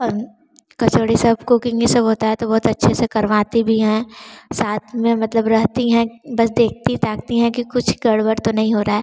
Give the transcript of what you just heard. कचौड़ी सब कूकिंग ये सब होता है तो बहुत अच्छे से करवाती भी हैं साथ में मतलब रहती हैं बस देखती ताकती हैं कि कुछ गड़बड़ तो नहीं हो रहा